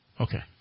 Okay